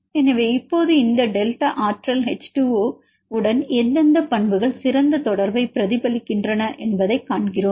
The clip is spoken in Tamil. எனவே இப்போது இந்த டெல்டா ஆற்றல் H2O உடன் எந்தெந்த பண்புகள் சிறந்த தொடர்பைப் பிரதிபலிக்கின்றன என்பதைக் காண்கிறோம்